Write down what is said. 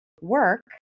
work